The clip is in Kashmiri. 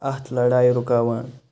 اَتھ لَڑایہِ رُکاوان